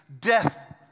death